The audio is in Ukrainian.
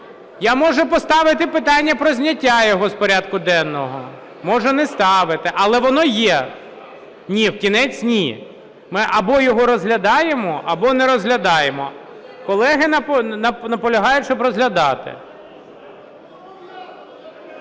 Я можу поставити питання про зняття його з порядку денного, можу не ставити. Але воно є. Ні, в кінець - ні. Ми або його розглядаємо, або не розглядаємо. Колеги наполягають, щоб розглядати.